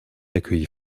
accueillit